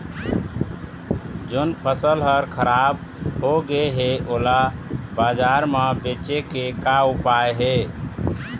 जोन फसल हर खराब हो गे हे, ओला बाजार म बेचे के का ऊपाय हे?